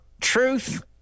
truth